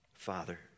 Father